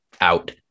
out